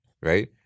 Right